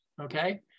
Okay